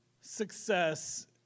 success